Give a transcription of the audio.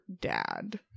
dad